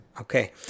Okay